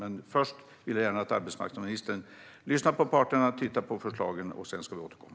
Men först vill jag gärna att arbetsmarknadsministern lyssnar på parterna och tittar på förslagen. Sedan ska vi återkomma.